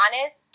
honest